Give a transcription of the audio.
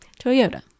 Toyota